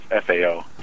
FAO